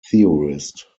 theorist